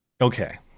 Okay